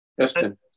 Justin